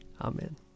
Amen